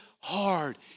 Hard